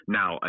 now